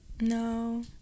No